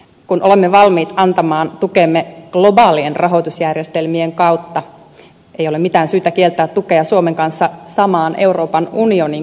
kun olemme valmiit antamaan tukemme globaalien rahoitusjärjestelmien kautta ei ole mitään syytä kieltää tukea suomen kanssa samaan euroopan unioniin kuuluvalta portugalilta